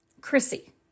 Chrissy